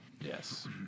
Yes